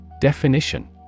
definition